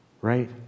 right